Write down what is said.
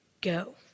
Go